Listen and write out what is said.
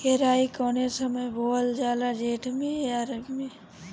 केराई कौने समय बोअल जाला जेठ मैं आ रबी में?